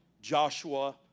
Joshua